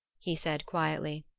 he said quietly.